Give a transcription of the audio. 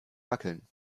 wackeln